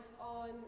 on